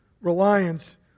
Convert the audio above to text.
reliance